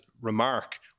remark